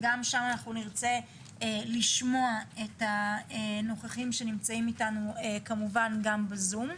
גם שם אנחנו נרצה לשמוע את הנוכחים שנמצאים איתנו כמובן גם בזום.